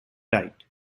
tight